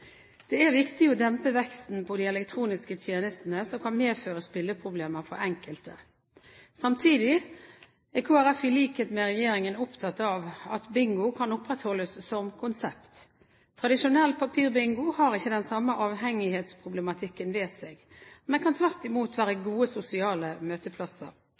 Det er viktig å dempe veksten på de elektroniske tjenestene, som kan medføre spilleproblemer for enkelte. Samtidig er Kristelig Folkeparti, i likhet med regjeringen, opptatt av at bingo kan opprettholdes som konsept. Tradisjonell papirbingo har ikke den samme avhengighetsproblematikken ved seg, men kan tvert imot være gode sosiale møteplasser.